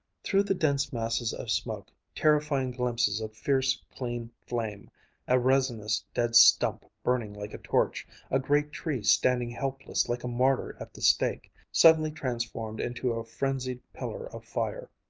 through the dense masses of smoke, terrifying glimpses of fierce, clean flame a resinous dead stump burning like a torch a great tree standing helpless like a martyr at the stake, suddenly transformed into a frenzied pillar of fire.